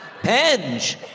Penge